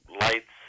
lights